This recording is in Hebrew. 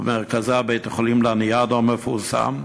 ובמרכזה בית-החולים לניאדו המפורסם.